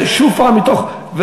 זה שוב פעם מתוך,